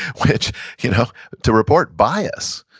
which you know to report bias,